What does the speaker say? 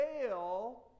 fail